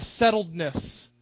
settledness